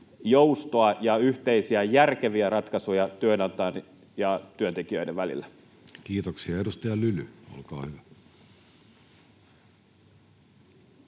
joustoa ja yhteisiä järkeviä ratkaisuja työnantajan ja työntekijöiden välillä? Kiitoksia. — Edustaja Lyly, olkaa hyvä.